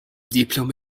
دیپلم